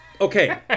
Okay